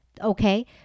Okay